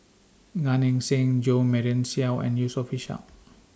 Gan Eng Seng Jo Marion Seow and Yusof Ishak